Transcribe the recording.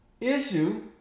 issue